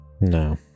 No